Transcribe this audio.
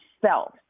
self